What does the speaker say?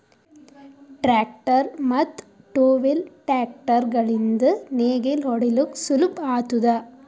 tractor ಮತ್ತ್ two wheel tractor ಗಳಿಂದ್ ನೇಗಿಲ ಹೊಡಿಲುಕ್ ಸುಲಭ ಆತುದ